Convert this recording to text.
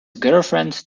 girlfriend